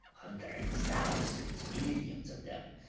hundreds, thousands, millions of them,